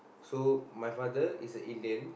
so my father is a Indian